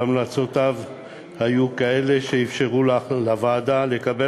והמלצותיו היו כאלה שאפשרו לוועדה לקבל